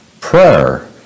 prayer